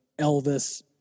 Elvis